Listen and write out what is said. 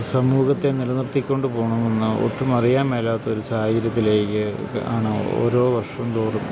സമൂഹത്തെ നിലനിർത്തിക്കൊണ്ട് പോകണമെന്ന് ഒട്ടും അറിയാമ്മേലാത്തൊരു സാഹചര്യത്തിലേക്ക് കാണ ഓരോ വർഷം തോറും